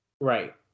Right